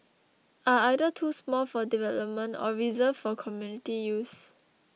are either too small for development or reserved for community use